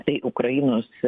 tai ukrainos